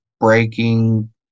Breaking